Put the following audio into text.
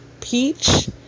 peach